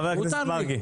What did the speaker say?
חבר הכנסת מרגי.